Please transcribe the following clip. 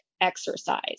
exercise